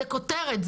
זאת כותרת.